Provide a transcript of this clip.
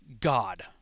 God